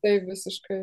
taip visiškai